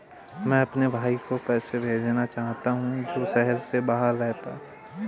मैं अपने भाई को पैसे भेजना चाहता हूँ जो शहर से बाहर रहता है